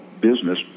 business